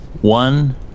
One